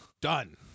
Done